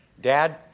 Dad